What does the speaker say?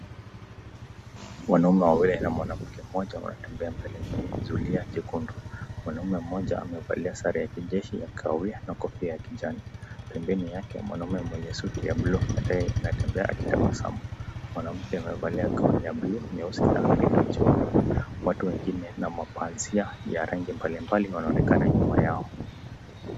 Wanaume wawili na mwanamke mmoja wanatembea mbele kwenye zulia jekundu. Mwanamume mmoja amevalia sare ya kijeshi ya kahawia na kofia ya kijani. Pembeni yake mwanamume mwenye suti ya buluu hata yeye anatembea akitabasamu. Mwanamke amevalia gauni ya buluu nyeusi na pindu jeupe. Watu wengine wa mapazia ya rangi mbalimbali wanaonekana nyuma yao.